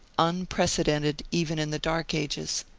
unpre cedented even in the dark ages.